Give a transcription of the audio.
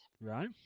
right